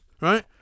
right